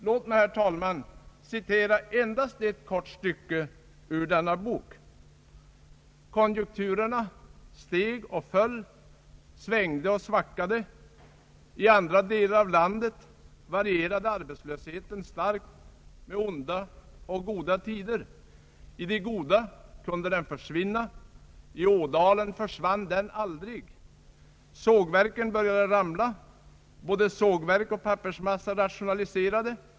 Låt mig, herr talman, citera endast ett kort stycke ur denna bok: »Konjunkturerna steg och föll, svängde och svackade. I andra delar av landet varierade arbetslösheten starkt med onda och goda tider. I de goda kunde den försvinna. I Ådalen försvann den aldrig. Sågverken började ramla, både sågverk och pappersmassa rationaliserade.